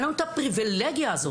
אין לנו את הפריבילגיה הזאת,